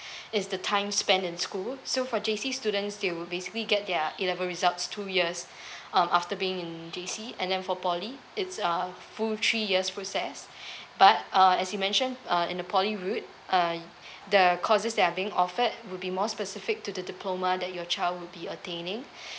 is the time spent in school so for J_C students they will basically get their A level results two years um after being in J_C and then for poly it's uh full three years process but uh as you mentioned uh in the poly route uh the courses that are being offered will be more specific to the diploma that your child would be attaining